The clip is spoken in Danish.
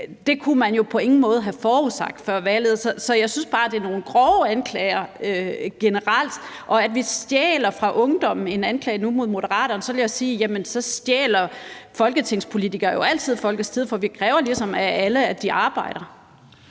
Det kunne man jo på ingen måde have forudsagt før valget. Så jeg synes bare, at det er nogle grove anklager generelt. Til det med, at vi stjæler fra ungdommen, som er en anklage mod Moderaterne, vil jeg sige, at så stjæler folketingspolitikere jo altid fra folket. Vi kræver ligesom af alle, at de arbejder.